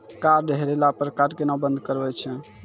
Card हेरैला पर card केना बंद करबै छै?